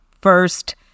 First